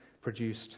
produced